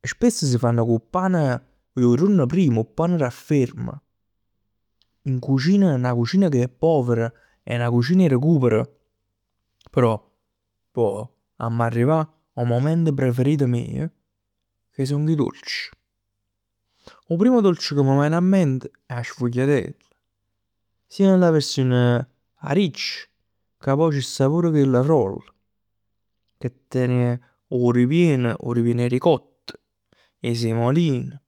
Spess si fann cu 'o pan d' 'o juorn primm. Cu 'o pan rafferm. In cucin, 'na cucin ca è pover, è 'na cucin 'e recuper. Però poj amma arrivà 'o moment preferit meje ca song 'e dolc. 'O primo dolce ca m' ven 'a ment è 'a sfugliatell. Sia dint 'a versione riccia, ca poj c' sta pur chella frolla ca ten 'o ripien, 'o ripieno 'e ricott, 'e semolin.